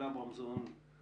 שלומית כהן,